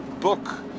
book